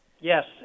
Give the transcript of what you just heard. Yes